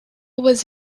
was